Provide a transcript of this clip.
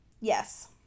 Yes